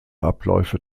abläufe